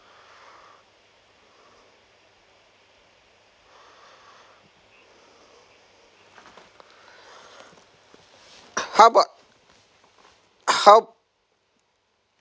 how about how